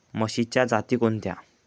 म्हशीच्या जाती कोणत्या?